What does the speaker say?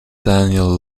daniel